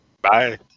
Bye